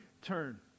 turn